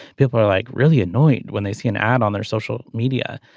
people are like really annoyed when they see an ad on their social media.